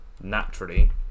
naturally